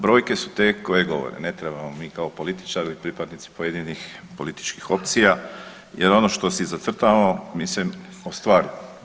Brojke su te koje govore, ne trebamo mi kao političari i pripadnici pojedinih političkih opcija jer ono što si zacrtamo mislim, ostvarimo.